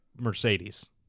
Mercedes